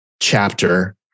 chapter